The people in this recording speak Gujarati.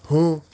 હું